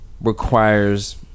Requires